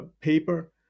paper